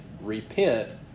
Repent